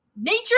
nature